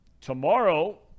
Tomorrow